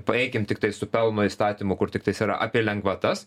paeikime tiktai su pelno įstatymu kur tiktais apie lengvatas